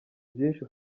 byinshi